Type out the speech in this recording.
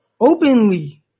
openly